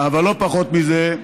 אבל לא פחות מזה,